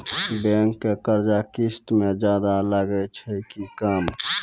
Bank के कर्जा किस्त मे ज्यादा लागै छै कि कम?